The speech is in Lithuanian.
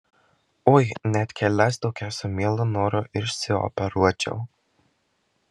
oi net kelias tokias su mielu noru išsioperuočiau